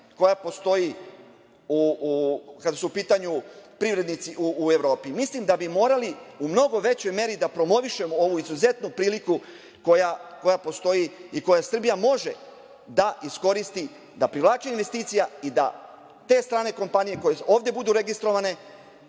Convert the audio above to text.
koja postoji kada su u pitanju privrednici u Evropi. Mislim da bi morali u mnogo većoj meri da promovišem ovu izuzetnu priliku koja postoji i koja Srbija može da iskoristi, da privlači investicije i da te strane kompanije koje ovde budu registrovane